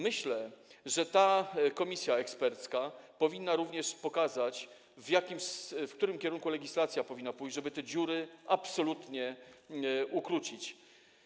Myślę, że ta komisja ekspercka powinna również pokazać, w jakim kierunku legislacja powinna pójść, żeby te dziury absolutnie zlikwidować.